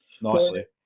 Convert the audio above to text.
nicely